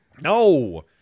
no